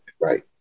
right